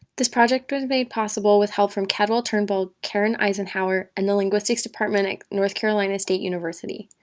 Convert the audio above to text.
this project was made possible with help from cadwell turnbull, karen eisenhauer, and the linguistics department at north carolina state university.